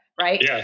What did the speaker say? right